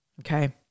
Okay